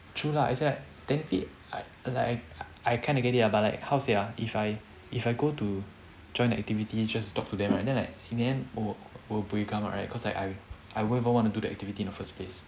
true lah as in I technically I like I I kind of get it ah but like how to say ah if I if I go to join the activity just talk to them right then like in the end will will buay gam right cause I I I won't even want to do the activity in the first place